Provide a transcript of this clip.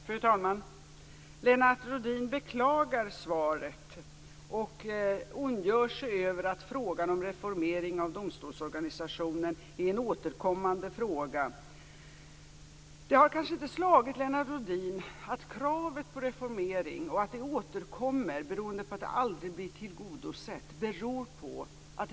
Fru talman! Lennart Rohdin beklagar svaret och ondgör sig över att frågan om reformering av domstolsorganisationen är en återkommande fråga. Det har kanske inte slagit Lennart Rohdin att kravet på reformering och att det återkommer beror på att det aldrig blir tillgodosett.